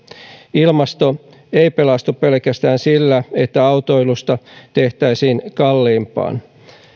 ilmasto ei pelastu pelkästään sillä että autoilusta tehtäisiin kalliimpaa